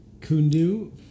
Kundu